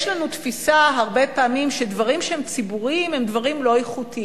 יש לנו תפיסה הרבה פעמים שדברים שהם ציבוריים הם דברים לא איכותיים,